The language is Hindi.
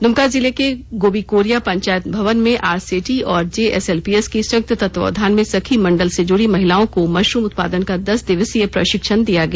दुमका जिले के गाबीकोरिया पंचायत भवन में आरसेटी और जेएसएलपीएस की संयुक्त तत्वाधान में सखी मंडल से जुड़ी महिलाओं को मशरूम उत्पादन का दस दिवसीय प्रशिक्षण दिया गया